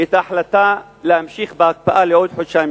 את ההחלטה להמשיך בהקפאה לעוד חודשיים,